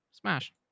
Smash